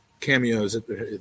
Cameos